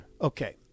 Okay